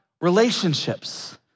relationships